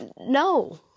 No